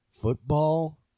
football